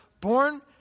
born